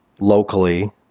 Locally